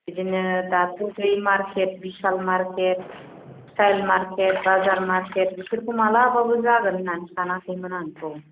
बिदिनो दाथ' बै मारकेट बिसाल मारकेट स्टाइल मारकेट बाजार मारकेट बिसोरखौ मालाबाबो जागोन होन्नानै सानाखैमोन आंथ'